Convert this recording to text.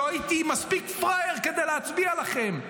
כשעוד הייתי מספיק פראייר כדי להצביע לכם.